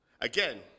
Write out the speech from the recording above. Again